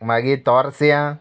मागीर तोर्सियां